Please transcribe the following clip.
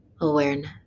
awareness